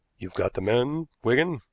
you've got the men, wigan?